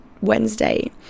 Wednesday